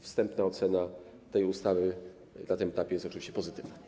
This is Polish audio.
Wstępna ocena tej ustawy na tym etapie jest oczywiście pozytywna.